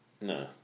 No